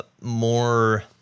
More